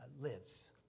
lives